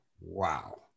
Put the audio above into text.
Wow